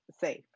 safe